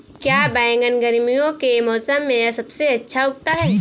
क्या बैगन गर्मियों के मौसम में सबसे अच्छा उगता है?